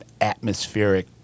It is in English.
atmospheric